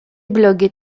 blogs